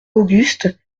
auguste